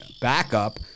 backup